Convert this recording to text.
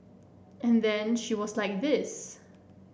and then she was like this